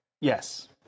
Yes